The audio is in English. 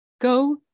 go